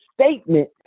statement